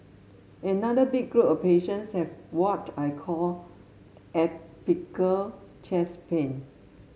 another big group of patients have what I call atypical chest pain